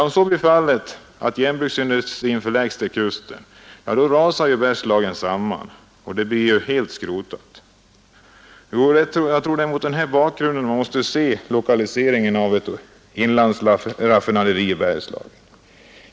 Om järnverksindustrin förläggs till kusten, rasar Bergslagen samman, blir helt enkelt nerskrotad. Jag tror att det är mot denna bakgrund man måste se frågan om en lokalisering av ett inlandsraffinaderi till Bergslagen.